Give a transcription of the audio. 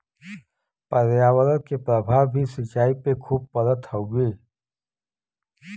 पर्यावरण के प्रभाव भी सिंचाई पे खूब पड़त हउवे